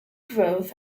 growth